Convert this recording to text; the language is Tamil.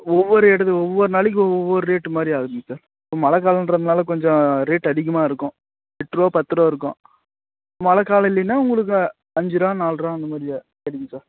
ஒவ்வொரு எடது ஒவ்வொரு நாளைக்கும் ஒவ்வொரு ரேட்டு மாதிரி ஆகுதுங்க சார் இப்போ மழை காலன்றதுனால் கொஞ்சம் ரேட்டு அதிகமாக இருக்கும் எட்டுரூவா பத்து ரூவா இருக்கும் இப்போ மழை காலம் இல்லையினா உங்களுக்கு அஞ்சு ரூபா நாலு ரூபா அந்த மாதிரியே கிடைக்கும் சார்